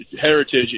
heritage